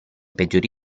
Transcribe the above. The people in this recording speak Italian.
peggiori